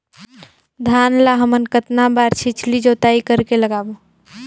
धान ला हमन कतना बार छिछली जोताई कर के लगाबो?